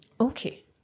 Okay